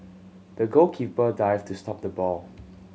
the goalkeeper dived to stop the ball